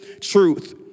truth